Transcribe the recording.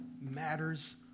matters